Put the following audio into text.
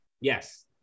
Yes